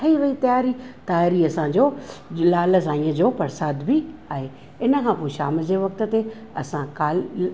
ठही वई ताइरी ताइरी असांजो लाल साईंअ जो प्रसाद बि आहे इन खां पोइ शाम जे वक़्त ते असां काल